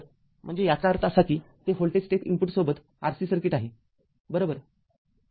म्हणजे याचा अर्थ असा की ते व्होल्टेज स्टेप इनपुट सोबत RC सर्किट आहे बरोबर